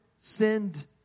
send